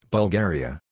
Bulgaria